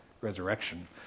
resurrection